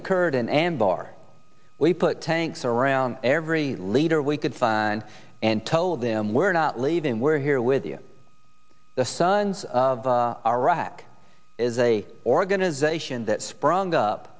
occurred in anbar we put tanks around every leader we could find and told them we're not leaving we're here with you the sun our rock is a organization that sprung up